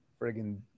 friggin